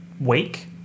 week